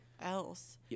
else